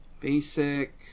Basic